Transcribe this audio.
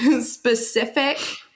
specific